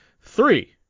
Three